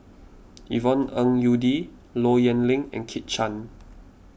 Yvonne Ng Uhde Low Yen Ling and Kit Chan